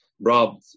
robbed